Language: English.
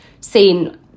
seen